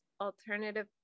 alternative